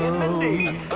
mindy and